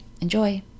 enjoy